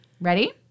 ready